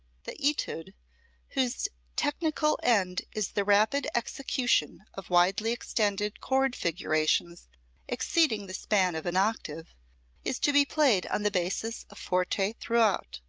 the etude whose technical end is the rapid execution of widely extended chord figurations exceeding the span of an octave is to be played on the basis of forte throughout.